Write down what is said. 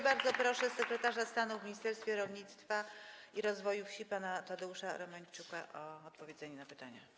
Bardzo proszę sekretarza stanu w Ministerstwie Rolnictwa i Rozwoju Wsi pana Tadeusza Romańczuka o odpowiedzi na pytania.